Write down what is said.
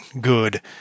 good